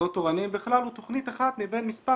מוסדות תורניים בכלל, הוא תכנית אחת מבין מספר